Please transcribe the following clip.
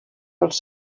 dels